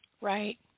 Right